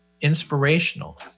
inspirational